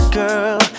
girl